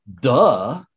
duh